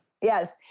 Yes